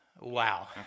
Wow